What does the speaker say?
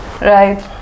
Right